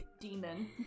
Demon